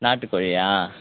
நாட்டுக் கோழியா